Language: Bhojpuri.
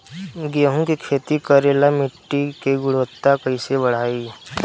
गेहूं के खेती करेला मिट्टी के गुणवत्ता कैसे बढ़ाई?